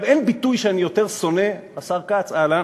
אין ביטוי שאני יותר שונא, השר כץ, אהלן,